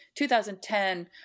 2010